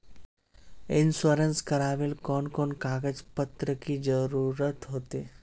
Insurance करावेल कोन कोन कागज पत्र की जरूरत होते?